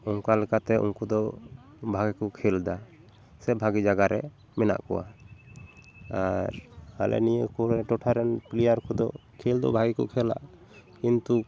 ᱚᱠᱟ ᱞᱮᱠᱟᱛᱮ ᱩᱝᱠᱩ ᱫᱚ ᱵᱷᱟᱜᱮ ᱠᱚ ᱠᱷᱮᱞ ᱫᱟ ᱥᱮ ᱵᱷᱟᱜᱮ ᱡᱟᱭᱜᱟ ᱨᱮ ᱢᱮᱱᱟᱜ ᱠᱚᱣᱟ ᱟᱨ ᱟᱞᱮ ᱱᱤᱭᱟᱹ ᱠᱚᱨᱮ ᱴᱚᱴᱷᱟ ᱨᱮᱱ ᱯᱞᱮᱭᱟᱨ ᱠᱚᱫᱚ ᱠᱷᱮᱞ ᱫᱚ ᱵᱷᱟᱜᱮ ᱠᱚ ᱠᱷᱮᱞᱟ ᱠᱤᱱᱛᱩ